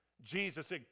Jesus